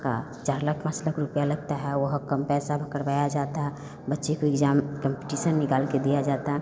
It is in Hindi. का चार लाख पाँच लाख रुपया लता है वहाँ कम पैसा में करवाया जाता है बच्चे को इग्जाम कम्पटीशन निकाल के दिया जाता